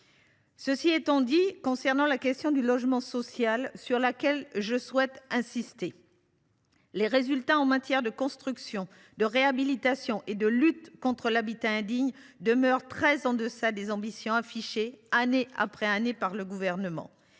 ce qui concerne la question du logement social, sur laquelle je souhaite insister, les résultats en matière de construction, de réhabilitation et de lutte contre l’habitat indigne demeurent très en deçà des ambitions affichées, année après année, par le Gouvernement.